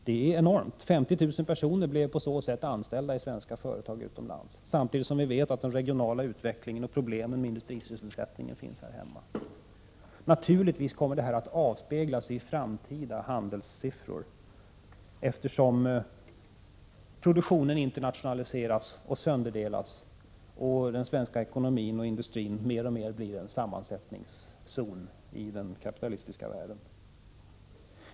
Det är enormt. 50 000 personer blev på så sätt anställda i svenska företag utomlands — samtidigt som vi vet hurdan den regionala utvecklingen är och vilka problem som finns här hemma när det gäller industrisysselsättningen. Naturligtvis kommer detta att avspegla sig i framtida handelssiffror, eftersom produktionen internationaliseras och sönderdelas och den svenska ekonomin och industrin mer och mer blir en sammansättningszon i den kapitalistiska världen.